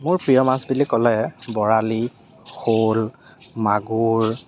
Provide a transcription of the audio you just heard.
মোৰ প্ৰিয় মাছ বুলি ক'লে বৰালি শ'ল মাগুৰ